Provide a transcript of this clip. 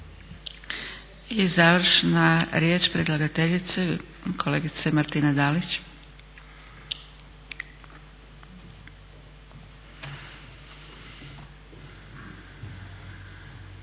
I završna riječ predlagateljice kolegice Martine Dalić.